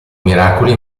miracoli